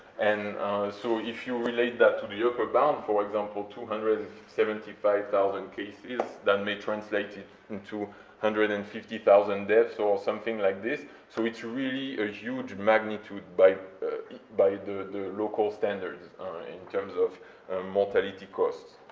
and so if you relate that to the upper bound, for example, two hundred and seventy five thousand cases, that may translate in and two hundred and fifty thousand deaths or something like this, so it's really a huge magnitude by by the the local standards in terms of mortality costs.